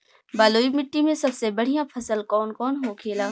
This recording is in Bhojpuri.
बलुई मिट्टी में सबसे बढ़ियां फसल कौन कौन होखेला?